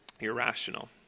irrational